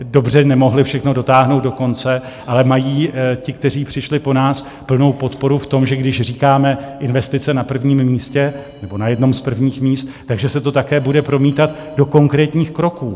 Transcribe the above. Dobře, nemohly všechno dotáhnout do konce, ale mají ti, kteří přišli po nás, plnou podporu v tom, že když říkáme investice na prvním místě nebo na jednom z prvních míst, tak že se to také bude promítat do konkrétních kroků.